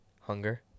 hunger